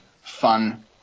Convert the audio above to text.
fun